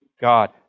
God